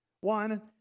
one